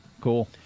cool